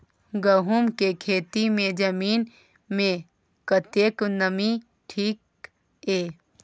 गहूम के खेती मे जमीन मे कतेक नमी ठीक ये?